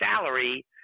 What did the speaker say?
salary